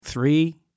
Three